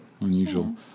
unusual